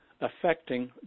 affecting